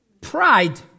pride